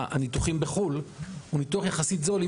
הניתוחים בחו"ל הוא ניתוח יחסית זול אם